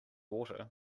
water